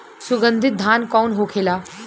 सुगन्धित धान कौन होखेला?